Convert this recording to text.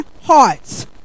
hearts